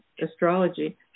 astrology